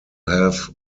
have